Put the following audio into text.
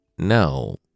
No